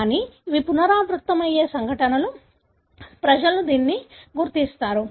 కానీ ఇవి పునరావృతమయ్యే సంఘటనలు తరచుగా ప్రజలు దీనిని చూస్తారు